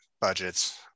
budgets